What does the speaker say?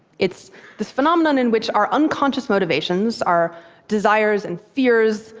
it's this phenomenon in which our unconscious motivations, our desires and fears,